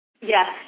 Yes